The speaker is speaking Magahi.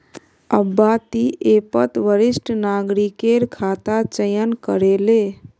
अब्बा ती ऐपत वरिष्ठ नागरिकेर खाता चयन करे ले